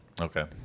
Okay